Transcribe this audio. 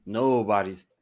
nobody's